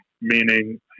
meaning